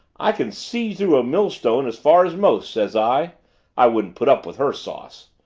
i can see through a millstone as far as most says i i wouldn't put up with her sauce.